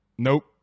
Nope